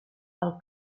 del